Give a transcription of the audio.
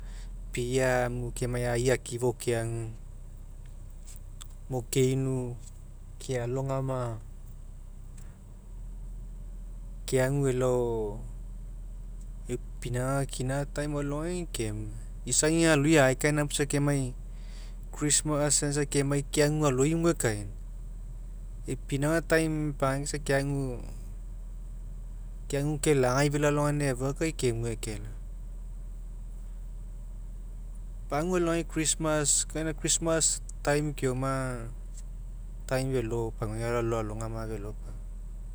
Pia amu keniai ai akii fai keagu mo keinu kealogania keague elao ei pinauga time kina alogai aga kemue isai aga aloi aekaina puoia keniai christmas aga is keniai keagu aloimo ekaina ei pinuaga time epagai isa keagu keagu kelagai felo alogaina efua kai kenue kelao. Pagua alogai christmas kai christmas kai christmas time keoua aga time felo pagua alalao alogama felo ipauma